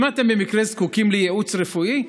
אם אתם במקרה זקוקים לייעוץ רפואי,